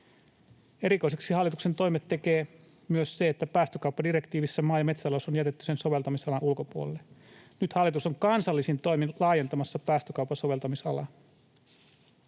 Erikoiseksi hallituksen toimet tekee myös se, että päästökauppadirektiivissä maa- ja metsätalous on jätetty sen soveltamisalan ulkopuolelle. Nyt hallitus on kansallisin toimin laajentamassa päästökaupan soveltamisalaa.